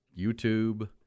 YouTube